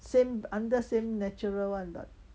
same under same natural [one] not